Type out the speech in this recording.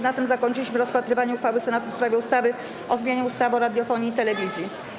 Na tym zakończyliśmy rozpatrywanie uchwały Senatu w sprawie ustawy o zmianie ustawy o radiofonii i telewizji.